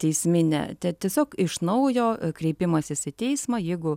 teisminė tiesiog iš naujo kreipimasis į teismą jeigu